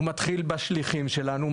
הוא מתחיל בשליחים שלנו,